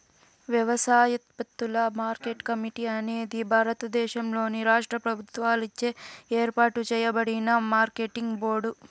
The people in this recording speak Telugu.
వ్యవసాయోత్పత్తుల మార్కెట్ కమిటీ అనేది భారతదేశంలోని రాష్ట్ర ప్రభుత్వాలచే ఏర్పాటు చేయబడిన మార్కెటింగ్ బోర్డు